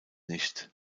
nicht